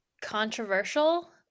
controversial